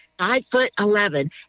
five-foot-eleven